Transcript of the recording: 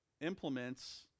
implements